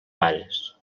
pares